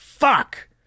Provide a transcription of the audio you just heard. fuck